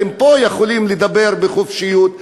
פה אתם יכולים לדבר בחופשיות,